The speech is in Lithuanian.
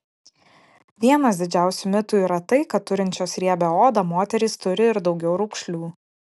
vienas didžiausių mitų yra tai kad turinčios riebią odą moterys turi ir daugiau raukšlių